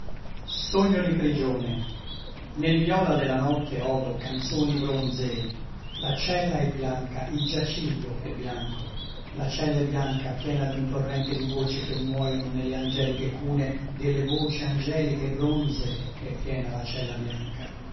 sogno di prigione nel viola della notte odo canzoni bronzee la cella è bianca il giaciglio è bianco la cella è bianca piena di un torrente di voci che muoiono nelle angeliche cune delle voci angeliche bronzee è piena la cella bianca